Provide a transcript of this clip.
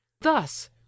Thus